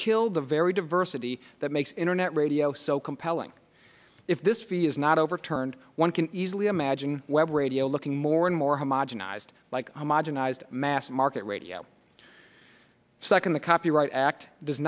kill the very diversity that makes internet radio so compelling if this fee is not overturned one can easily imagine web radio looking more and more homogenized like homogenized mass market radio second the copyright act does